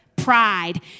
pride